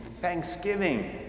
Thanksgiving